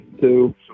two